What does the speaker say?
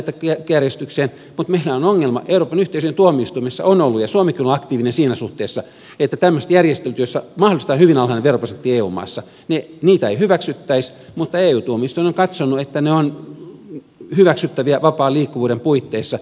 euroopan yhteisöjen tuomioistuimessa on ollut esillä ja suomikin on ollut aktiivinen siinä suhteessa se että tämmöisiä järjestelyjä joissa mahdollistetaan hyvin alhainen veroprosentti eu maissa ei hyväksyttäisi mutta eu tuomioistuin on katsonut että ne ovat hyväksyttäviä vapaan liikkuvuuden puitteissa